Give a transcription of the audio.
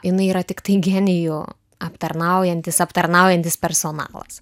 jinai yra tiktai genijų aptarnaujantis aptarnaujantis personalas